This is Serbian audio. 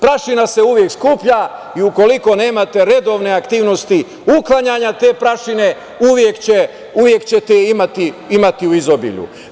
Prašina se uvek skuplja i ukoliko nemate redovne aktivnosti uklanjanja te prašine uvek ćete je imati u izobilju.